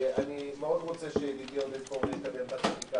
אני מאוד רוצה שידידי עודד פורר יקדם את החקיקה